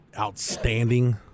outstanding